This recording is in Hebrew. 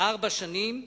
ארבע שנים,